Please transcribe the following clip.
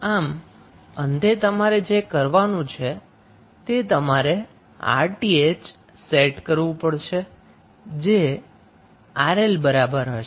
આમ અંતે તમારે જે કરવાનું છે તે તમારે 𝑅𝑇ℎ સેટ કરવું પડશે જે 𝑅𝐿 બરાબર હશે